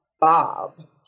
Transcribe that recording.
Bob